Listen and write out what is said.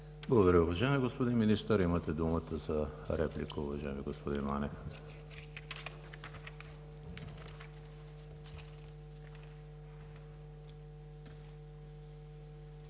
Благодаря, уважаеми господин Министър. Имате думата за реплика, уважаеми господин Манев.